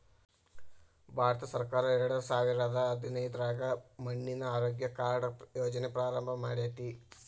ಭಾರತಸರ್ಕಾರ ಎರಡಸಾವಿರದ ಹದಿನೈದ್ರಾಗ ಮಣ್ಣಿನ ಆರೋಗ್ಯ ಕಾರ್ಡ್ ಯೋಜನೆ ಪ್ರಾರಂಭ ಮಾಡೇತಿ